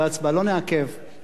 באמת,